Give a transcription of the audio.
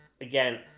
again